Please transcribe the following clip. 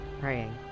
praying